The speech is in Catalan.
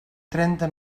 trenta